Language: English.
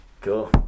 Cool